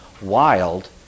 wild